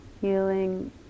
healing